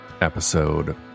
episode